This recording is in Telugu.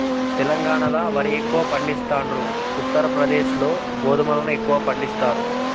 తెలంగాణాల వరి ఎక్కువ పండిస్తాండ్రు, ఉత్తర ప్రదేశ్ లో గోధుమలను ఎక్కువ పండిస్తారు